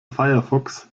firefox